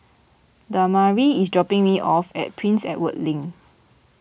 Damari is dropping me off at Prince Edward Link